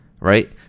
right